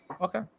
Okay